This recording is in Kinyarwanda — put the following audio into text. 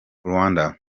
rwanda